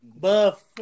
buff